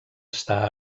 està